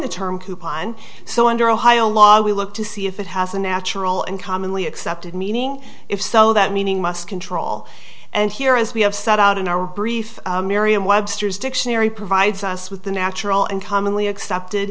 the term coupon so under ohio law we look to see if it has a natural and commonly accepted meaning if so that meaning must control and here as we have set out in our brief merriam webster's dictionary provides us with the natural and commonly accepted